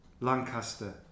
Lancaster